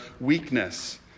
weakness